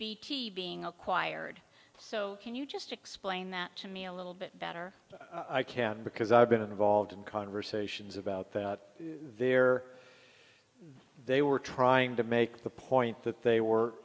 bt being acquired so can you just explain that to me a little bit better i can because i've been involved in conversations about that there they were trying to make the point that they were